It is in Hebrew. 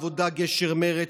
העבודה-גשר-מרצ,